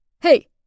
Hey